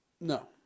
No